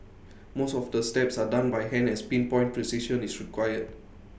most of the steps are done by hand as pin point precision is required